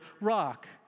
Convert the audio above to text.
rock